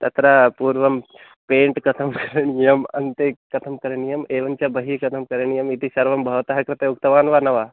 तत्र पूर्वं पेण्ट् कथं करणीयम् अन्ते कथं करणीयम् एवञ्च बहिः कथं करणीयम् इति सर्वं भवतः कृते उक्तवान् वा न वा